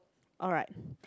alright